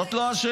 זאת לא השאלה.